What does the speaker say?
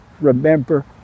remember